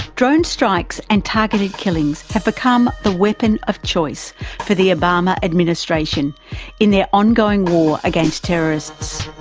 drone strikes and targeted killings have become the weapon of choice for the obama administration in their ongoing war against terrorists.